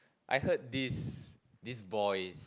I heard this these boys